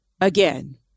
again